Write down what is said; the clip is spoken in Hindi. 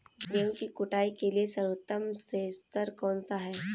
गेहूँ की कुटाई के लिए सर्वोत्तम थ्रेसर कौनसा है?